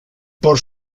por